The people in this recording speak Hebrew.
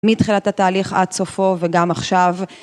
מתחילת התהליך עד סופו וגם עכשיו.